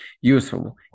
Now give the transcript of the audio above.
useful